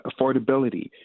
affordability